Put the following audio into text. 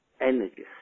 energy